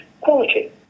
quality